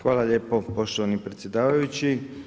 Hvala lijepo poštovani predsjedavajući.